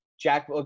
Jack